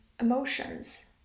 emotions